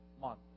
month